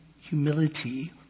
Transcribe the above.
humility